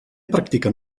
practiquen